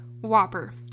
Whopper